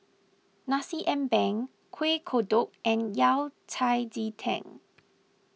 Nasi Ambeng Kueh Kodok and Yao Cai Ji Tang